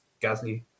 Gasly